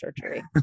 surgery